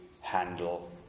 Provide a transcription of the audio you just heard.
handle